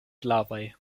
flavaj